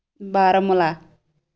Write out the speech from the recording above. Baramulla